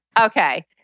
Okay